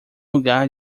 lugar